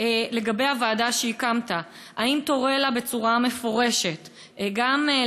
לגבי הוועדה שהקמת: האם תורה לה בצורה מפורשת להמליץ?